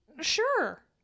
sure